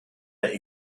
der